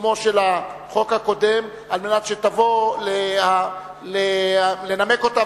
בעיצומו של החוק הקודם על מנת שתבוא לנמק אותה,